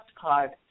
card